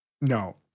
no